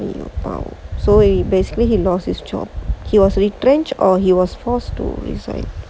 so you basically he lost his job he was retrenched or he was forced to resign